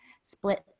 split